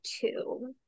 two